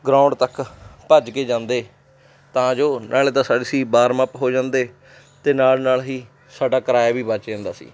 ground ਤੱਕ ਭੱਜ ਕੇ ਜਾਂਦੇ ਤਾਂ ਜੋ ਨਾਲੇ ਤਾਂ ਅਸੀਂ ਵਾਰਮ ਅਪ ਹੋ ਜਾਂਦੇ ਅਤੇ ਨਾਲ ਨਾਲ ਹੀ ਸਾਡਾ ਕਿਰਾਇਆ ਵੀ ਬਚ ਜਾਂਦਾ ਸੀ